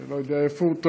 אני לא יודע איפה הוא.